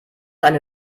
eine